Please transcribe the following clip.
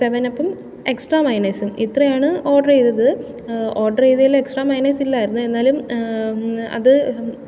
seven അപ്പും extra മയൊണൈസും ഇത്രയാണ് ഓഡ്റ് ചെയ്തത് ഓഡ്റ് ചെയ്തതിൽ എക്സ്ട്രാ മയണൈസ് ഇല്ലായിരുന്നു എന്നാലും അത്